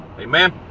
amen